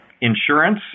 insurance